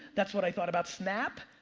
that's what i thought about snap.